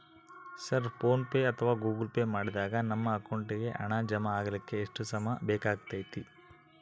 Sir PhonePe ಅಥವಾ Google Pay ಮಾಡಿದಾಗ ನಮ್ಮ ಅಕೌಂಟಿಗೆ ಹಣ ಜಮಾ ಆಗಲಿಕ್ಕೆ ಎಷ್ಟು ಸಮಯ ಬೇಕಾಗತೈತಿ?